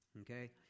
okay